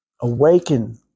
awaken